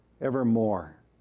evermore